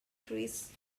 greece